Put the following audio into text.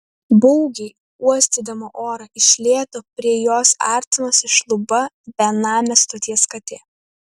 baugiai uostydama orą iš lėto prie jos artinosi šluba benamė stoties katė